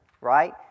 right